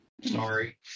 sorry